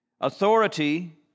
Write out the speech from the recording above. Authority